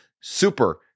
super